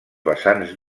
vessants